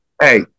Hey